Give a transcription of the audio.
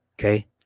Okay